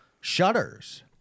shutters